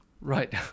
Right